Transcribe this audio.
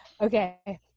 Okay